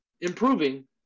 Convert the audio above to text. improving